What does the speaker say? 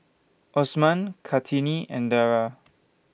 Osman Kartini and Dara